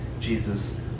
Jesus